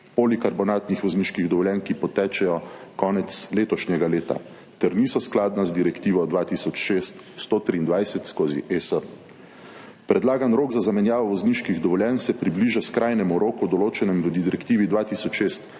polikarbonatnih vozniških dovoljenj, ki potečejo konec letošnjega leta ter niso skladna z direktivo 2006/123/ES. Predlagan rok za zamenjavo vozniških dovoljenj se približa skrajnemu roku, določenem v direktivi 2006/126/ES,